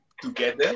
together